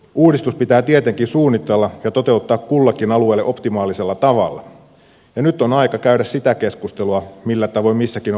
uudistus pitää tietenkin suunnitella ja toteuttaa kullekin alueelle optimaalisella tavalla ja nyt on aika käydä sitä keskustelua millä tavoin missäkin on paras toimia